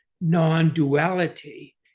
non-duality